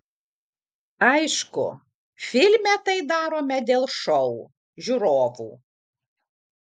aišku filme tai darome dėl šou žiūrovų